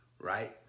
right